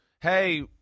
hey